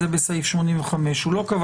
יכול להיות שמאחר ואוטומטית זה לא היה בחוק,